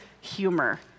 humor